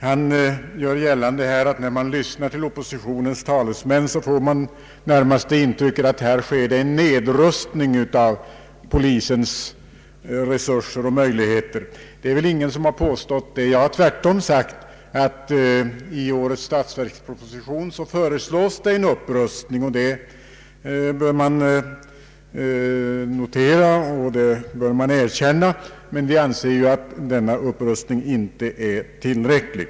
Han gör här gällande att man, när man lyssnar till oppositionens talesmän, närmast får det intrycket att här sker en nedrustning av polisens resurser. Ingen har väl påstått det. Tvärtom har jag sagt att i årets statsverksproposition föreslås en upprustning. Den bör man notera och erkänna. Vi anser dock att denna upprustning inte är tillräcklig.